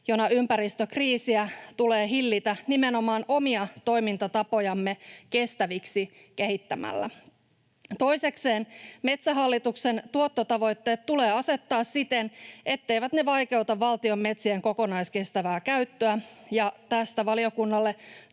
jona ympäristökriisiä tulee hillitä nimenomaan omia toimintatapojamme kestäviksi kehittämällä. Toisekseen Metsähallituksen tuottotavoitteet tulee asettaa siten, etteivät ne vaikeuta valtion metsien kokonaiskestävää käyttöä, ja tästä valiokunnalle